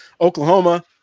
oklahoma